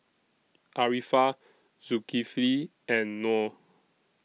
Arifa Zulkifli and Nor